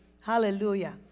hallelujah